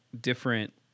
different